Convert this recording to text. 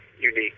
unique